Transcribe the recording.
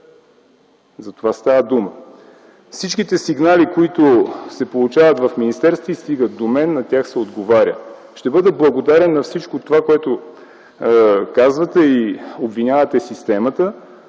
За това става дума. На всички сигнали, които се получават в министерството и стигат до мен, се отговаря. Ще бъда благодарен на всичко това, което казвате и обвинявате системата